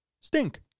stink